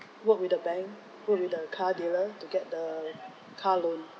work with the bank work with the car dealer to get the car loan